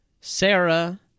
Sarah